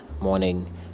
morning